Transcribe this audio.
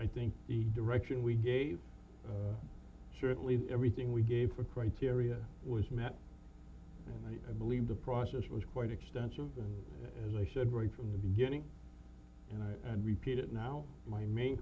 i think the direction we gave certainly everything we gave the criteria was met i believe the process was quite extensive and as i said right from the beginning and i repeat it now my main